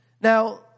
Now